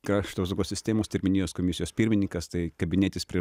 krašto apsaugos sistemos terminijos komisijos pirmininkas tai kabinėtis prie